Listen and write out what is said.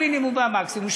בין המינימום והמקסימום,